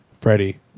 Freddie